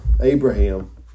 Abraham